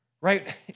right